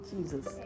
Jesus